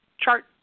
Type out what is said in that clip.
chart